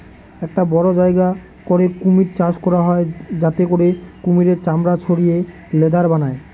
একটা বড়ো জায়গা করে কুমির চাষ করা হয় যাতে করে কুমিরের চামড়া ছাড়িয়ে লেদার বানায়